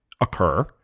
occur